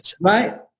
right